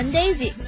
Daisy